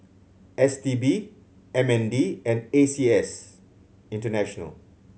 S T B M N D and A C S International